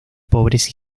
pobres